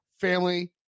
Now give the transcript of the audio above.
family